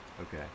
Okay